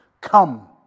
come